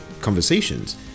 conversations